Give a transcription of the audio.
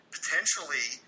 Potentially